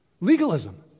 legalism